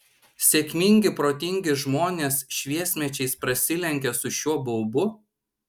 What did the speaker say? sėkmingi protingi žmonės šviesmečiais prasilenkia su šiuo baubu